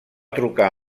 trucar